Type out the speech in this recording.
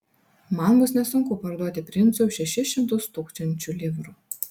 man bus nesunku parduoti princui už šešis šimtus tūkstančių livrų